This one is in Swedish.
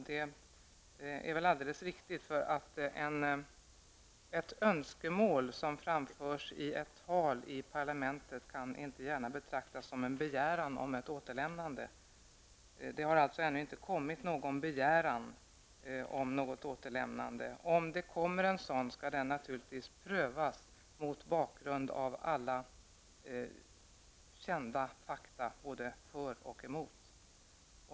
Det är väl alldeles riktigt, eftersom ett önskemål som framförs i ett tal i parlamentet inte gärna kan betraktas som en begäran om ett återlämnande. Det har alltså ännu inte kommit någon begäran om något återlämnande. Om det kommer en sådan skall den naturligtvis prövas mot bakgrund av alla kända fakta, både för och emot.